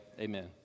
amen